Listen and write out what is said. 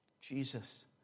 Jesus